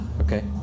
okay